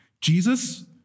Jesus